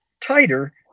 tighter